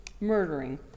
murdering